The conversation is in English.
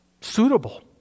suitable